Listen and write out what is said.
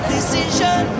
Decision